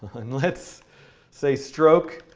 and let's say stroke,